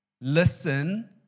listen